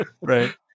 Right